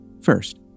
First